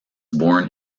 born